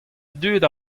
dud